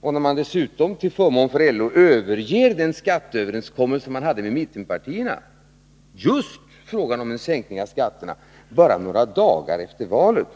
och när socialdemokraterna dessutom, till förmån för LO, överger den Nr 61 skatteöverenskommelse de hade med mittenpartierna — just frågan om en Måndagen den sänkning av skatterna — bara några dagar efter valet.